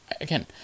Again